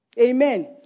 amen